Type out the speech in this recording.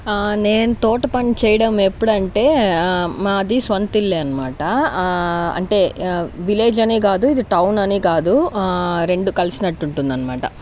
నేను తోట పని చేయడం ఎప్పుడంటే మాది సొంత ఇల్లే అనమాట అంటే విలేజ్ అని కాదు ఇది టౌన్ అని కాదు రెండు కలిసినట్టు ఉంటుంది అనమాట